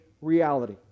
reality